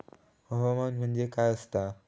हवामान म्हणजे काय असता?